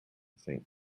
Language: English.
saint